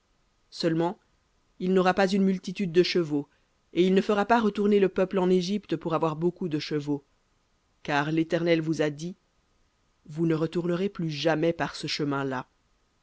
seulement il n'aura pas une multitude de chevaux et il ne fera pas retourner le peuple en égypte pour avoir beaucoup de chevaux car l'éternel vous a dit vous ne retournerez plus jamais par ce chemin-là